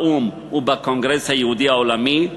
באו"ם ובקונגרס היהודי העולמי,